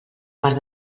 part